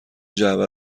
جعبه